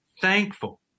thankful